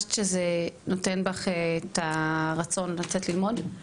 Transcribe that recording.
הרגשת שזה נותן בך את הרצון לצאת ללמוד?